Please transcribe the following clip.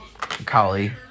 Kali